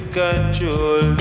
control